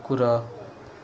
କୁକୁର